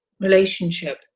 relationship